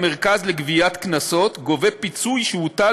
המרכז לגביית קנסות גובה פיצוי שהוטל